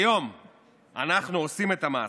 היום אנחנו עושים את המעשה.